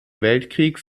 weltkriegs